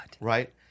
Right